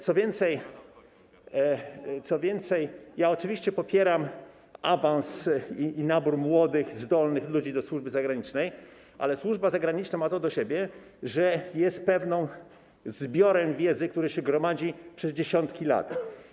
Co więcej, oczywiście popieram awans i nabór młodych, zdolnych ludzi do służby zagranicznej, ale służba zagraniczna ma to do siebie, że jest pewnym zbiorem wiedzy, który się gromadzi przez dziesiątki lat.